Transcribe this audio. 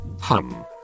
Hum